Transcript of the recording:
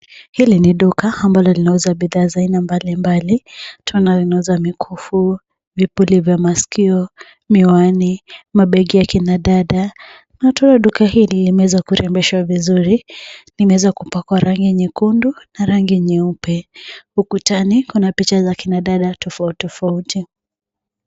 Hili ni duka ambalo linauza bidhaa za aina mbali mbali, twaona yanauza mikufu, vipuli vya maskio, miwani, mabegi ya kina dada, na twaona duka hili limeweza kurembeshwa vizuri. Limeweza kupakwa rangi nyekundu na rangi nyeupe. Ukutani kuna picha za kina dada tofauti tofauti.